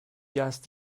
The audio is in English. just